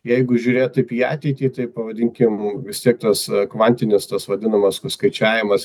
jeigu žiūrėt taip į ateitį tai pavadinkim vis tiek tas kvantinis tas vadinamas skaičiavimas